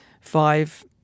five